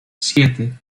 siete